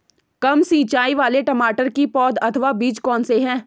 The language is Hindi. कम सिंचाई वाले टमाटर की पौध अथवा बीज कौन से हैं?